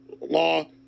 Law